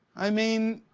i mean,